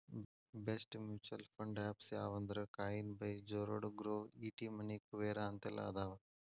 best mutual fund apps ಯಾವಂದ್ರಾ coin by Zerodha Groww ET money Kuvera ಅಂತೆಲ್ಲಾ ಅದಾವ